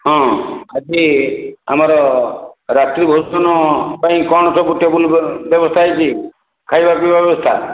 ହଁ ଆଜି ଆମର ରାତ୍ରି ଭୋଜନ ପାଇଁ କ'ଣ ସବୁ ଟେବୁଲ୍ ବ୍ୟବସ୍ଥା ହୋଇଛି ଖାଇବା ପିଇବା ବ୍ୟବସ୍ଥା